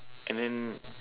and then